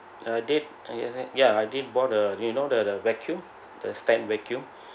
uh I did ya I did bought a you know the the vacuum the stand vacuum